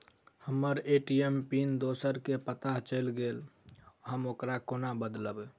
हम्मर ATM pin दोसर केँ पत्ता चलि गेलै, हम ओकरा कोना बदलबै?